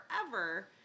forever